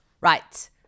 right